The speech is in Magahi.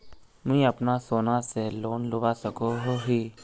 मुई अपना सोना से लोन लुबा सकोहो ही?